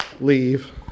leave